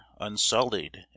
unsullied